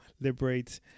liberate